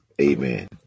Amen